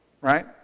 right